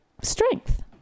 strength